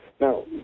Now